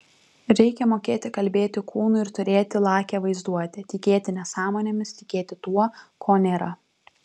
reikia mokėti kalbėti kūnu ir turėti lakią vaizduotę tikėti nesąmonėmis tikėti tuo ko nėra